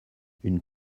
une